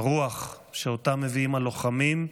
הרוח שאותה מביאים הלוחמים,